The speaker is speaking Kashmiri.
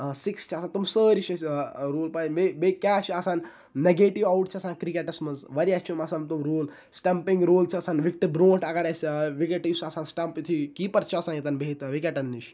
سِکِس چھِ آسان تِم سٲری چھِ أسۍ روٗل پاے بیٚیہِ کیاہ چھُ آسان نگیٹِو اَوُٹ چھُ آسان کرِکَٹَس مَنٛز واریاہ چھِ یِم آسان تِم روٗل سٹَمپِنٛگ روٗل چھُ آسان وِکٹہٕ برونٛٹھ اگر اَسہِ وِکیٚٹ یُس آسان سٹَمپ یُتھٕے کیٖپَر چھُ آسان ییٚتٮ۪ن بِہتھ وِکٹَن نِش